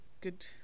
good